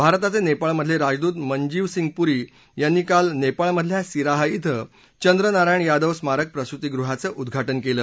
भारताचे नेपाळ मधले राजदुत मनजीव सिंग पुरी यांनी काल नेपाळमधल्या सिराहा धिं चंद्र नारायण यादव स्मारक प्रसुतीगृहाचं उद्घाटनं केलं